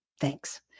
Thanks